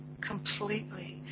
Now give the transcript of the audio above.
completely